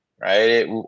right